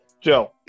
Joe